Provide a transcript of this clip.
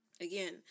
again